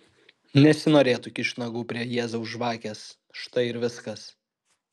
nesinorėtų kišt nagų prie jėzaus žvakės štai ir viskas